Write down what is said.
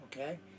Okay